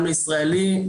גם לישראלים,